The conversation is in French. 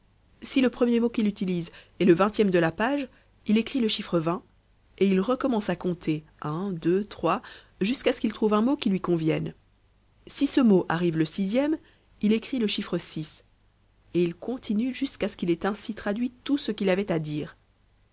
si le premier mot qu'il utilise est le vingtième de la page il écrit le chiffre et il recommence à compter un deux trois jusqu'à ce qu'il trouve un mot qui lui convienne si ce mot arrive le sixième il écrit le chiffre et il continue jusqu'à ce qu'il ait ainsi traduit tout ce qu'il avait à dire